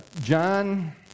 John